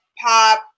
pop